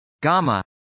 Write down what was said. Gamma